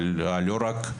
אבל לא רק.